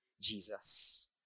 Jesus